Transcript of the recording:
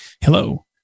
hello